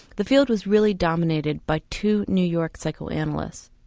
the field was really dominated by two new york psychoanalysts.